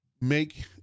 make